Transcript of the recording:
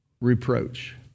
reproach